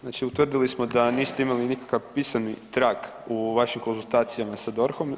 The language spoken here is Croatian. Znači utvrdili smo da niste imali nikakav pisani trag u vašim konzultacijama sa DORH-om.